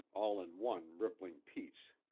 all in one rippling piece.